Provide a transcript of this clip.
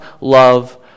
love